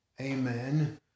amen